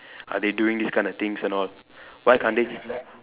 are they doing these kind of things and all why can't they